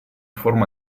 forma